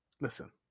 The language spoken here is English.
listen